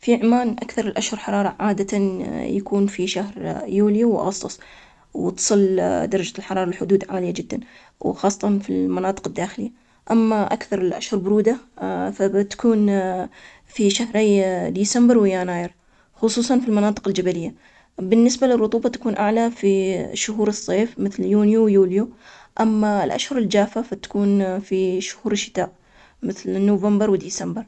أكثر شهر حر عندنا هو شهر يويو -يوليو- وأغسطس, تكون الحرارة بيه مرتفعة, أما شهري ديسمبر ويناير يعتبرون الأشهر الأكثر برودة, والنسبة للرطوبة, فشهر يوليو هو رطب بشكل كبير عندنا, بينما في شهور مثل شهر مايو يكون الجو بيها جاف قليلاً أكثر من غيره من الشهور.